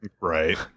Right